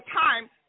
time